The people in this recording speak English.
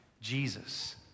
Jesus